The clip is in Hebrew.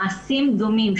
מעשים דומים,